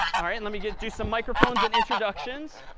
ah right, and let me get you some microphones and introductions.